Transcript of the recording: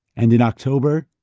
and in october,